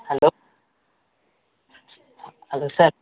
hello hello sir